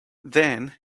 then